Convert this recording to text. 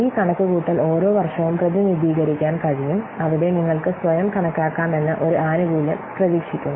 ഈ കണക്കുകൂട്ടൽ ഓരോ വർഷവും പ്രതിനിധീകരിക്കാൻ കഴിയും അവിടെ നിങ്ങൾക്ക് സ്വയം കണക്കാക്കാമെന്ന് ഒരു ആനുകൂല്യം പ്രതീക്ഷിക്കുന്നു